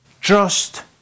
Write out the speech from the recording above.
Trust